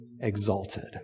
exalted